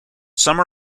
some